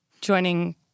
joining